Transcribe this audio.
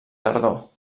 tardor